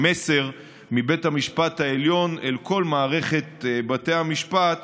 מסר מבית המשפט העליון אל כל מערכת בתי המשפט